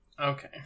Okay